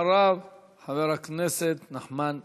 ואחריו, חבר הכנסת נחמן שי.